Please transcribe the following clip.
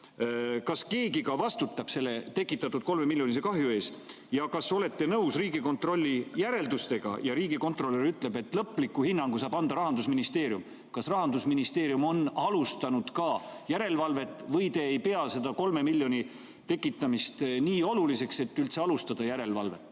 kas keegi vastutab selle tekitatud kolmemiljonilise kahju ees? Kas olete nõus Riigikontrolli järeldustega? Riigikontrolör ütleb, et lõpliku hinnangu saab anda Rahandusministeerium. Kas Rahandusministeerium on alustanud järelevalvet või te ei pea seda 3 miljoni [väärtuses kahju] tekitamist nii oluliseks, et üldse alustada järelevalvet?